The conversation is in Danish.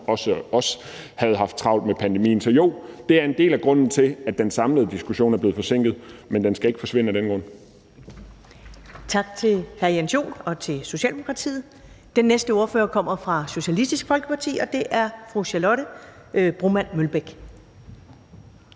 os – havde haft travlt med pandemien. Så jo, det er en del af grunden til, at den samlede diskussion er blevet forsinket, men den skal ikke forsvinde af den grund. Kl. 15:06 Første næstformand (Karen Ellemann): Tak til hr. Jens Joel og Socialdemokratiet. Den næste ordfører kommer fra Socialistisk Folkeparti, og det er fru Charlotte Broman Mølbæk.